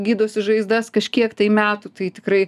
gydosi žaizdas kažkiek tai metų tai tikrai